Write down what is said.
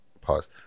pause